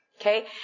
okay